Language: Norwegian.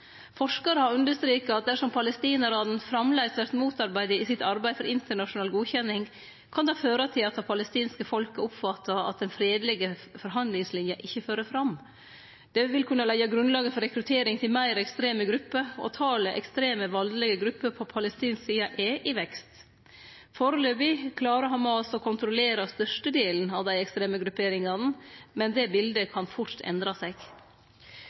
Forskarar har understreka at dersom palestinarane framleis vert motarbeidde i sitt arbeid for internasjonal godkjenning, kan dette føre til at det palestinske folket oppfattar at den fredelege forhandlingslinja ikkje fører fram. Dette vil kunne leggje grunnlaget for rekruttering til meir ekstreme grupper, og talet på ekstreme, valdelege grupper på palestinsk side er i vekst. Foreløpig klarer Hamas å kontrollere størstedelen av dei ekstreme grupperingane, men det bildet kan fort endre seg.